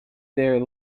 there